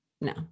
no